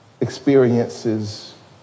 experiences